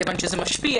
מכיוון שזה משפיע